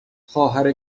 خواهر